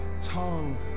tongue